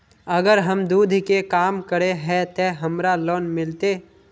अगर हम दूध के काम करे है ते हमरा लोन मिलते?